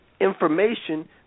information